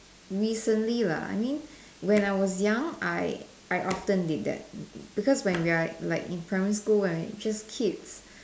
recently lah I mean when I was young I I often did that because when we're like in primary school when we just kids